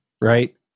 right